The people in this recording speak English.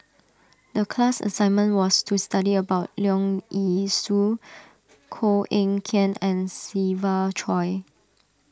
the class assignment was to study about Leong Yee Soo Koh Eng Kian and Siva Choy